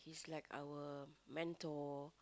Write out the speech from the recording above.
he's like our mentor